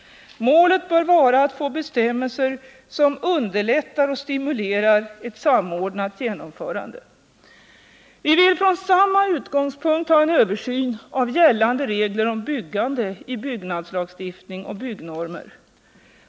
Målet bör vara att få bestämmelser som underlättar och stimulerar ett samordnat genomförande. Vi vill, från samma utgångspunkt, ha en översyn av gällande regler om byggande i byggnadslagstiftning och byggnormer.